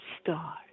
star